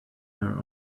her